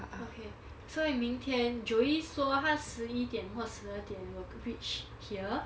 okay 所以明天 joey 说她十一点或十二点 will reach here